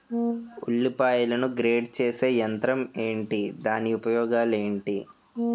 ఉల్లిపాయలను గ్రేడ్ చేసే యంత్రం ఏంటి? దాని ఉపయోగాలు ఏంటి?